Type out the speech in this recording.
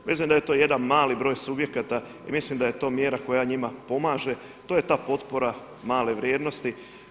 Mislim da je to jedan mali broj subjekata i mislim da je to mjera koja njima pomaže, to je ta potpora male vrijednosti.